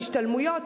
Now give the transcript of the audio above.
השתלמויות,